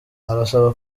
arasaba